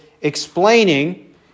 explaining